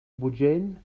bugen